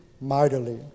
mightily